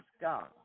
God